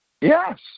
Yes